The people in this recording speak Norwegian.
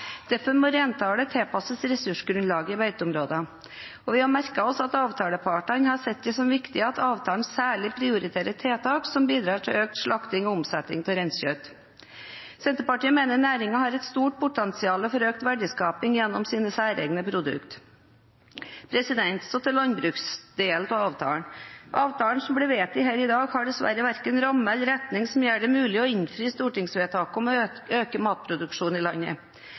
Derfor må reintallet tilpasses ressursgrunnlaget i beiteområdene. Vi har merket oss at avtalepartene har sett det som viktig at avtalen særlig prioriterer tiltak som bidrar til økt slakting og omsetning av reinkjøtt. Senterpartiet mener næringen har et stort potensial for økt verdiskaping gjennom sine særegne produkter. Så til landbruksdelen av avtalen. Avtalen som blir vedtatt her i dag, har dessverre verken en ramme eller en retning som gjør det mulig å innfri stortingsvedtaket om å øke matproduksjonen i landet.